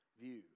view